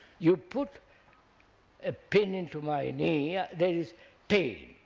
you put a pin into my knee there is pain,